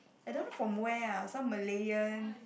I don't know from where ah some Malayan